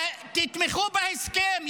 תתמכו בהסכם.